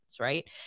right